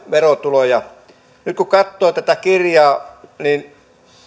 verotuloja nyt kun katsoo tätä kirjaa niin